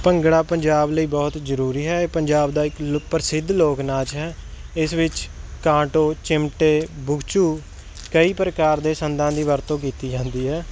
ਭੰਗੜਾ ਪੰਜਾਬ ਲਈ ਬਹੁਤ ਜ਼ਰੂਰੀ ਹੈ ਇਹ ਪੰਜਾਬ ਦਾ ਇੱਕ ਲ ਪ੍ਰਸਿੱਧ ਲੋਕ ਨਾਚ ਹੈ ਇਸ ਵਿੱਚ ਕਾਟੋ ਚਿਮਟੇ ਬੁਕਚੂ ਕਈ ਪ੍ਰਕਾਰ ਦੇ ਸੰਦਾਂ ਦੀ ਵਰਤੋਂ ਕੀਤੀ ਜਾਂਦੀ ਹੈ